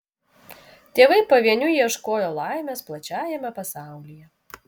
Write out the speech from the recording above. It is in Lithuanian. tėvai pavieniui ieškojo laimės plačiajame pasaulyje